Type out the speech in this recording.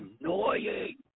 annoying